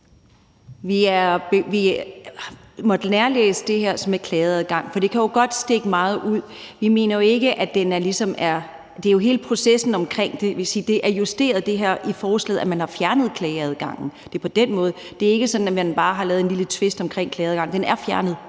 har måttet nærlæse det her med klageadgangen, for det kan jo godt stikke meget ud. Det er jo hele processen omkring det, og det vil sige, at det er justeret i forslaget, at man har fjernet klageadgangen. Det er jo på den måde. Det er ikke sådan, at man bare har lavet en lille twist omkring klageadgang. Men den er fjernet,